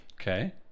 okay